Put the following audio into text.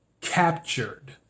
captured